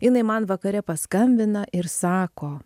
jinai man vakare paskambina ir sako